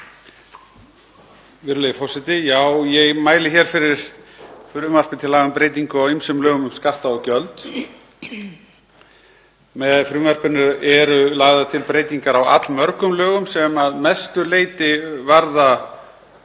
Virðulegi forseti. Ég mæli hér með fyrir frumvarpi til laga um breytingu á ýmsum lögum um skatta og gjöld. Með frumvarpinu eru lagðar til breytingar á allmörgum lögum sem að mestu leyti varða